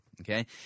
okay